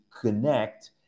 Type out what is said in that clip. connect